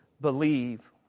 believe